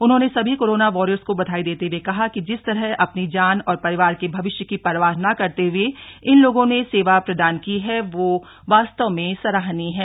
उन्होंने सभी corona warriors को बधाई देते हुए कहा कि जिस तरह अपनी जान और परिवार के भविष्य की परवाह न करते हुए इन लोगों ने सेवा प्रदान की है वह वास्तव में सराहनीय है